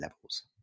levels